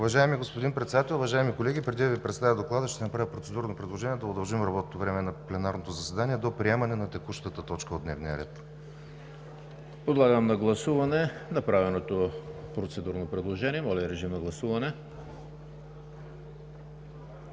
Уважаеми господин Председател, уважаеми колеги! Преди да Ви представя Доклада, ще направя процедурно предложение да удължим работното време на пленарното заседание до приемане на текущата точка от дневния ред. ПРЕДСЕДАТЕЛ ЕМИЛ ХРИСТОВ: Подлагам на гласуване направеното процедурно предложение. Гласували